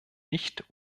nicht